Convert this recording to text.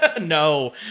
No